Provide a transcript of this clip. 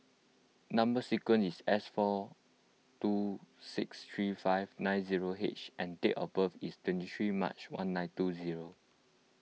Number Sequence is S four two six three five nine zero H and date of birth is twenty three March one nine two zero